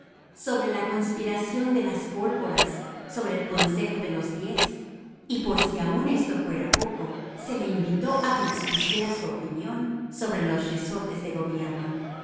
sobre la conspiración de las pólvoras sobre el consejo de los diez y por si aun esto fuera poco se le invitó a que expusiera su opinión sobre los resortes de gobierno